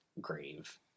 grave